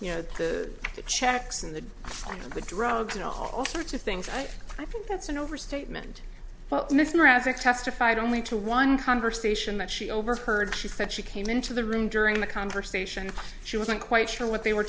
to the checks and the drugs and all sorts of things i think that's an overstatement well mr asic testified only to one conversation that she overheard she said she came into the room during the conversation she wasn't quite sure what they were